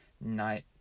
night